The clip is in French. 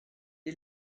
est